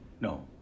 No